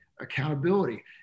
accountability